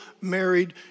married